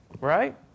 right